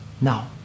now